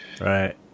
Right